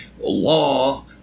law